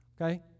Okay